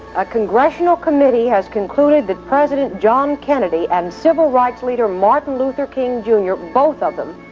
a congressional committee has concluded. that president john kennedy and civil rights leader, martin luther king, jr. both of them,